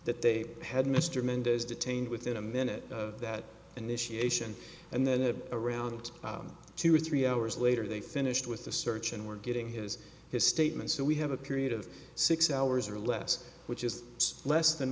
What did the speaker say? that they had mr mendez detained within a minute of that initiation and then it around two or three hours later they finished with the search and we're getting his his statement so we have a period of six hours or less which is less than